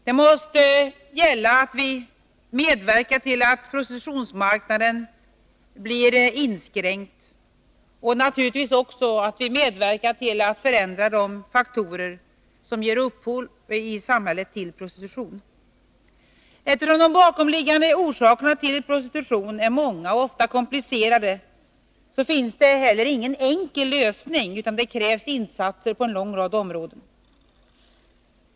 Det måste gälla att vi medverkar till att prostitutionsmarknaden blir inskränkt och naturligtvis också att vi medverkar till att förändra de faktorer i samhället som ger upphov till prostitution. Eftersom de bakomliggande orsakerna till prostitution är många och ofta komplicerade, finns det inte någon enkel lösning, utan det krävs insatser på många områden.